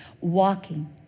Walking